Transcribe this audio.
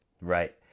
right